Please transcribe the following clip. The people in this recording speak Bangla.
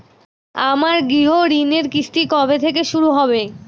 আমার গৃহঋণের কিস্তি কবে থেকে শুরু হবে?